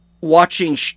watching